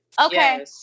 Okay